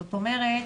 זאת אומרת,